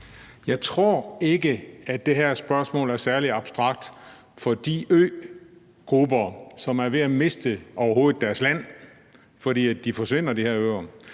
Jeg tror ikke, at det her spørgsmål er særlig abstrakt for de øgrupper, som er ved at miste deres land, fordi de her øer forsvinder, eller for